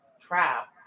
trap